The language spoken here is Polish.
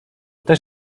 też